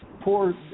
poor